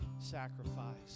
sacrifice